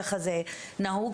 ככה נהוג,